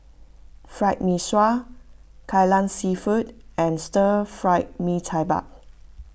Fried Mee Sua Kai Lan Seafood and Stir Fried Mee Tai Mak